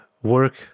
work